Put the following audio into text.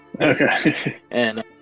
Okay